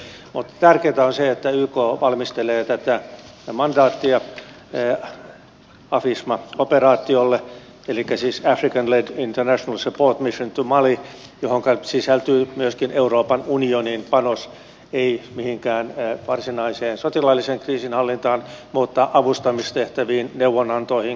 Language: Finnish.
mutta tärkeätä on se että yk valmistelee tätä mandaattia afisma operaatiolle eli african led international support mission to mali johonka sisältyy myöskin euroopan unionin panos ei mihinkään varsinaiseen sotilaalliseen kriisinhallintaan mutta avustamistehtäviin neuvonantoihin koulutukseen